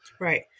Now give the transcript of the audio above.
Right